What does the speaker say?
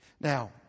Now